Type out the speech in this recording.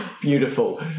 Beautiful